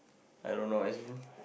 I don't know as in